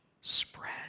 spread